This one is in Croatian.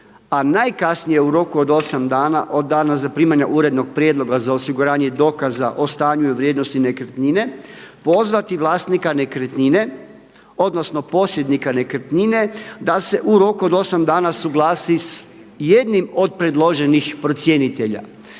a najkasnije u roku od 8 dana od dana zaprimanja urednog prijedloga za osiguranje dokaza o stanju i vrijednosti nekretnine pozvati vlasnika nekretnine, odnosno posjednika nekretnine da se u roku od 8 dana suglasi sa jednim od predloženih procjenitelja.